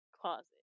closet